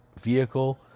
vehicle